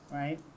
right